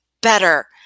better